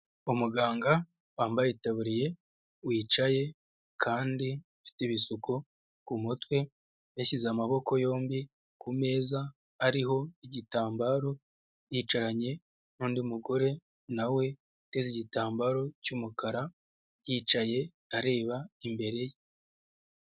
Umuganga wambaye itaburiye wicaye kandi afite ibisuko ku mutwe, yashyize amaboko yombi ku meza, ariho igitambaro yicaranye n'undi mugore nawe uteze igitambaro cy'umukara, yicaye areba imbere ye.